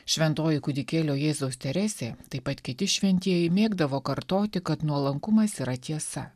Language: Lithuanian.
šventoji kūdikėlio jėzaus teresė taip pat kiti šventieji mėgdavo kartoti kad nuolankumas yra tiesa